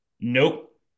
Nope